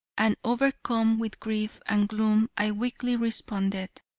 and overcome with grief and gloom i weakly responded,